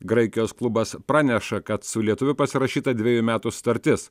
graikijos klubas praneša kad su lietuviu pasirašyta dvejų metų sutartis